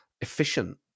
efficient